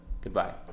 Goodbye